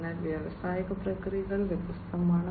അതിനാൽ വ്യാവസായിക പ്രക്രിയകൾ വ്യത്യസ്തമാണ്